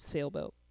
Sailboat